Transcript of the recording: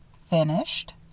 Finished